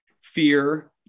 fear